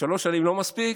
שלוש שנים לא מספיק,